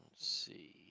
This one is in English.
see